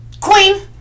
Queen